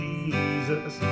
Jesus